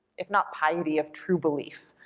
if not piety, of true belief.